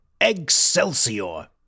Excelsior